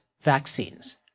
vaccines